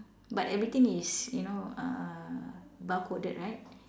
but everything is you know uh bar coded right